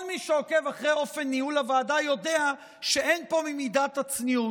כל מי שעוקב אחרי אופן ניהול הוועדה יודע שאין פה ממידת הצניעות,